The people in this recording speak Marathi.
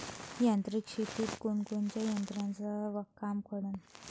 यांत्रिक शेतीत कोनकोनच्या यंत्राचं काम पडन?